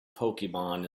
pokemon